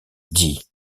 dit